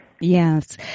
Yes